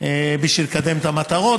בשביל לקדם את המטרות.